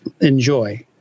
enjoy